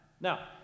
Now